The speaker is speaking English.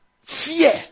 fear